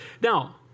Now